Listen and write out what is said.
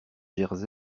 jersey